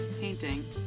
Painting